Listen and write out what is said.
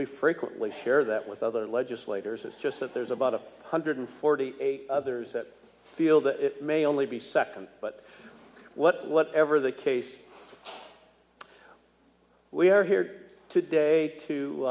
we frequently share that with other legislators it's just that there's about a hundred forty eight others that feel that it may only be second but what whatever the case we are here today to